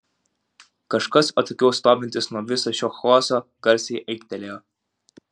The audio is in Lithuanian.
kažkas atokiau stovintis nuo viso šio chaoso garsiai aiktelėjo